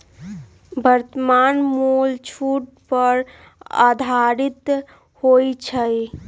वर्तमान मोल छूट पर आधारित होइ छइ